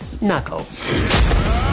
Knuckles